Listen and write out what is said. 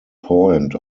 point